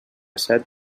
set